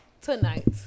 tonight